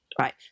Right